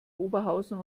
oberhausen